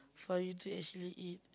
for you to actually eat